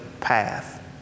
path